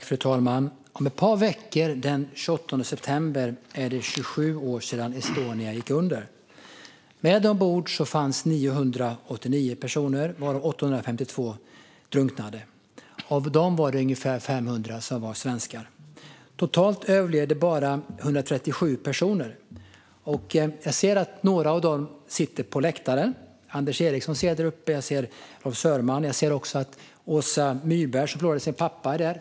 Fru talman! Om ett par veckor, den 28 september, är det 27 år sedan Estonia gick under. Med ombord fanns 989 personer varav 852 drunknade. Av dem var ungefär 500 svenskar. Totalt överlevde bara 137 personer. Jag ser att några av dem sitter på läktaren. Jag ser Anders Eriksson däruppe. Jag ser Rolf Sörman. Jag ser att också Åsa Myrberg, som förlorade sin pappa, är där.